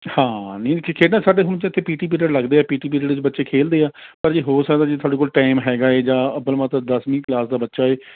ਹਾਂ ਨਹੀਂ ਖੇਡਾਂ ਸਾਡੇ ਹੁਣ ਤਾਂ ਇੱਥੇ ਪੀ ਟੀ ਪੀਰੀਅਡ ਲੱਗਦੇ ਹੈ ਪੀ ਟੀ ਪੀਰੀਅਡ ਵਿੱਚ ਬੱਚੇ ਖੇਡਦੇ ਹੈ ਪਰ ਜੇ ਹੋ ਸਕਦਾ ਜੇ ਤੁਹਾਡੇ ਕੋਲ ਟਾਈਮ ਹੈਗਾ ਹੈ ਜਾਂ ਅੱਵਲ ਮੇਂ ਤਾਂ ਦਸਵੀਂ ਕਲਾਸ ਦਾ ਬੱਚਾ ਹੈ